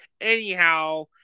Anyhow